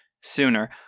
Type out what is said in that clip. sooner